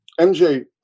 MJ